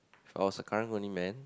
if I was a karang-guni man